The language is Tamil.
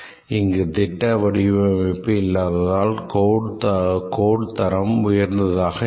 இங்கு திட்ட வடிவமைப்பு இல்லாததால் code தரம் உயர்ந்தாக இல்லை